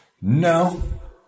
No